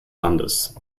landes